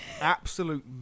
absolute